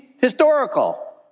historical